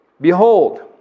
Behold